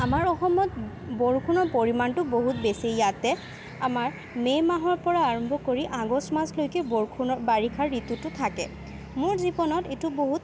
আমাৰ অসমত বৰষুণৰ পৰিমাণটো বহুত বেছি ইয়াতে আমাৰ মে' মাহৰ পৰা আৰম্ভ কৰি আগষ্ট মাছলৈকে বৰষুণৰ বাৰিষাৰ ঋতুটো থাকে মোৰ জীৱনত এইটো বহুত